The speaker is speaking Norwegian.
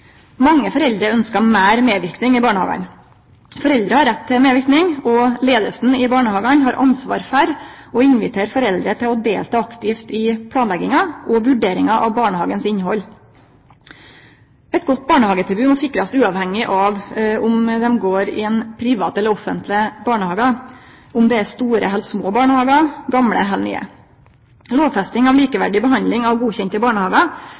Mange foreldre ønskjer meir medverknad i barnehagen. Foreldre har rett til medverknad, og leiinga i barnehagen har ansvar for å invitere foreldre til å delta aktivt i planlegginga og vurderinga av innhaldet i barnehagen. Eit godt barnehagetilbod må sikrast uavhengig av om ein går i ein privat eller offentleg barnehage, om det er store eller små barnehagar, gamle eller nye. Lovfesting av likeverdig behandling av godkjende barnehagar